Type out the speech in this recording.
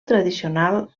tradicional